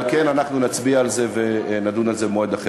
על כן, אנחנו נצביע על זה ונדון על זה במועד אחר.